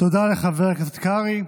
תודה לחבר הכנסת קרעי.